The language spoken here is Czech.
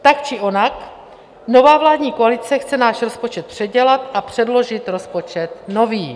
Tak či onak nová vládní koalice chce náš rozpočet předělat a předložit rozpočet nový.